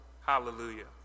Hallelujah